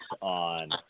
on